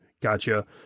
Gotcha